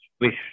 wish